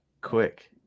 Quick